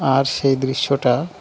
আর সেই দৃশ্যটা